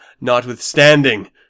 notwithstanding